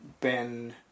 Ben